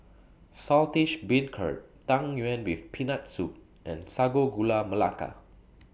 Saltish Beancurd Tang Yuen with Peanut Soup and Sago Gula Melaka